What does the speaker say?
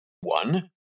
one